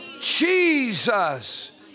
Jesus